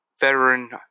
veteran